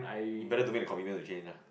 you better to make the commitment to change ah